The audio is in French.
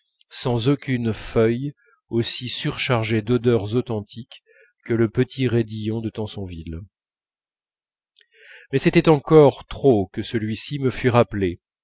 sans aucune feuille aussi surchargé d'odeurs authentiques que le petit raidillon de tansonville mais c'était encore trop que celui-ci me fût rappelé